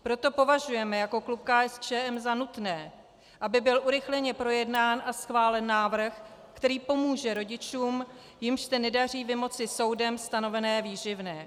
Proto považujeme jako klub KSČM za nutné, aby byl urychleně projednán a schválen návrh, který pomůže rodičům, jimž se nedaří vymoci soudem stanovené výživné.